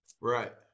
Right